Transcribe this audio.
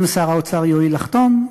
אם שר האוצר יואיל לחתום,